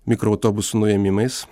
mikroautobusų nuėmimais